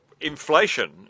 inflation